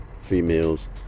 females